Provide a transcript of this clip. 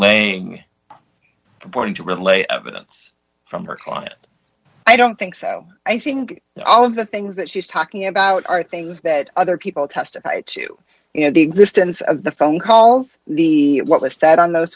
replaying according to relate evidence from her client i don't think so i think all of the things that she's talking about are things that other people testified to you know the existence of the phone calls the what was said on those